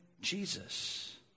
Jesus